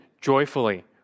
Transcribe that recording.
joyfully